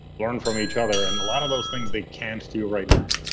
learn from each other. and a lot of those things they can't do right now.